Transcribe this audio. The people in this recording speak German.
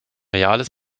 reales